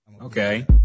okay